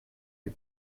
les